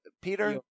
Peter